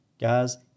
Guys